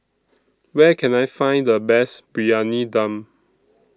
Where Can I Find The Best Briyani Dum